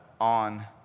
on